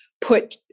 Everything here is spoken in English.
put